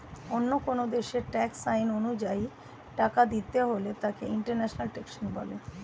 অন্য যেকোন দেশের ট্যাক্স আইন অনুযায়ী টাকা দিতে হলে তাকে ইন্টারন্যাশনাল ট্যাক্সেশন বলে